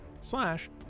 slash